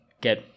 get